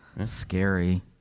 scary